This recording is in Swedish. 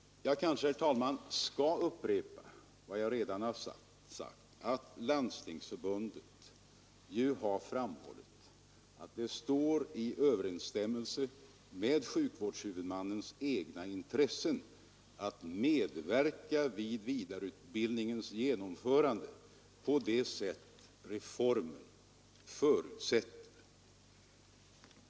Jag kanske skall upprepa vad jag redan sagt, nämligen att Landstingsförbundet framhållit att det står i överensstämmelse med sjukvårdshuvudmannens egna intressen att medverka vid vidareutbildningens genomförande på det sätt reformen förutsätter.